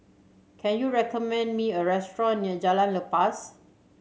can you recommend me a restaurant near Jalan Lepas